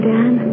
Dan